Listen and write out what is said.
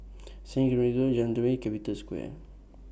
Saint Margaret's Road Jalan Telawi Capital Square